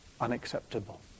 unacceptable